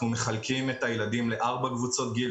אנחנו מחלקים את הילדים לארבע קבוצות גיל